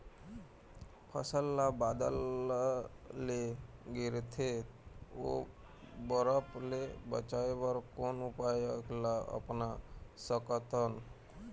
फसल ला बादर ले गिरथे ओ बरफ ले बचाए बर कोन उपाय ला अपना सकथन?